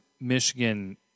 Michigan